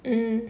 mm